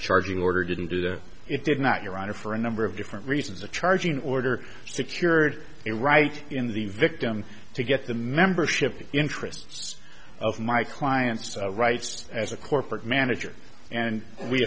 charging order didn't do that it did not your honor for a number of different reasons the charging order secured a right in the victim to get the membership interests of my client's rights as a corporate manager and we